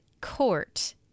court